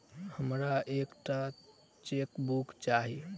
हमरा एक टा चेकबुक चाहि